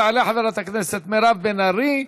תעלה חברת הכנסת מירב בן ארי,